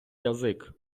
язик